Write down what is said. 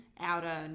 outer